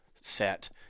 set